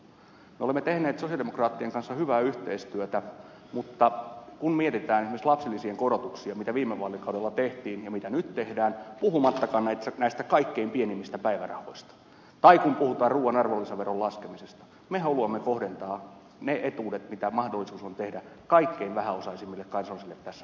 me olemme tehneet sosialidemokraattien kanssa hyvää yhteistyötä mutta kun mietitään esimerkiksi lapsilisien korotuksia mitä viime vaalikaudella tehtiin ja mitä nyt tehdään puhumattakaan näistä kaikkein pienimmistä päivärahoista tai kun puhutaan ruuan arvonlisäveron laskemisesta me haluamme kohdentaa ne etuudet mitä mahdollisuus on tehdä kaikkein vähäosaisimmille kansanosille tässä maassa